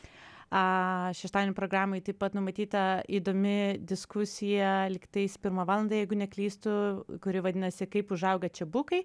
šeštadienį programoj taip pat numatyta įdomi diskusija lygtais pirmą valandą jeigu neklystu kuri vadinasi kaip užauga čia bukai